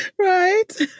Right